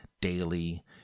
daily